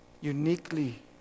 uniquely